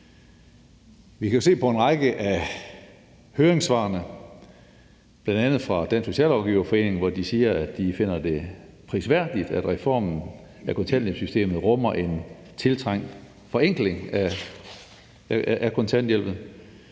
er kommet en række høringssvar, bl.a. fra Dansk Socialrådgiverforening, som siger, at de finder det prisværdigt, at reformen af kontanthjælpssystemet rummer en tiltrængt forenkling af kontanthjælpen.